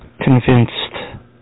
Convinced